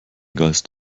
geist